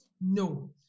No